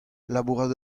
labourat